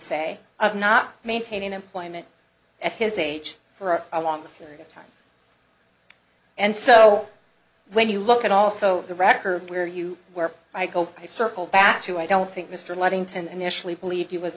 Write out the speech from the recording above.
say of not maintaining employment at his age for a long period of time and so when you look at also the record where you where i go i circled back to i don't think mr luddington initially believed he was